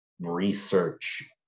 research